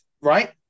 Right